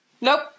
Nope